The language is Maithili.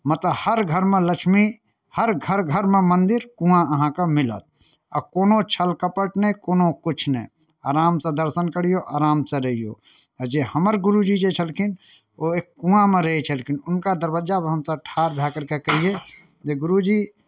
मतलब हर घरमे लक्ष्मी हर घर घरमे मन्दिर कुआँ अहाँकेँ मिलत आ कोनो छल कपट नहि कोनो किछु नहि आरामसँ दर्शन करियौ आरामसँ रहियौ आ जे हमर गुरूजी जे छलखिन ओ एक कुआँमे रहै छलखिन हुनका दरवज्जापर हमसभ ठाढ़ भए करि कऽ कहियै जे गुरूजी